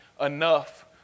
enough